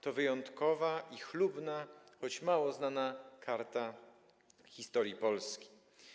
To wyjątkowa i chlubna, choć mało znana, karta historii Polski.